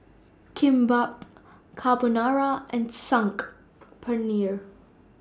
Kimbap Carbonara and Saag Paneer